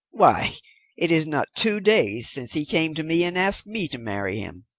why it is not two days since he came to me and asked me to marry him.